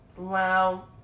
Wow